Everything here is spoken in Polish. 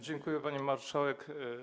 Dziękuję, pani marszałek.